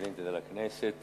האיטלקית,